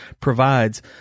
provides